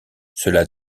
cela